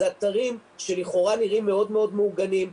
זה אתרים שלכאורה נראים מאוד מאורגנים,